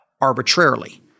arbitrarily